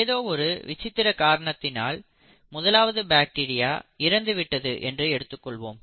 ஏதோ ஒரு விசித்திர காரணத்தினால் முதலாவது பாக்டீரியா இறந்துவிட்டது என்று எடுத்துக்கொள்வோம்